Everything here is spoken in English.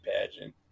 pageant